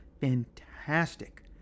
fantastic